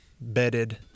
bedded